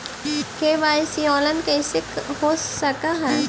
KYC online कैसे हो सक है?